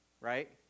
right